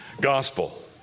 gospel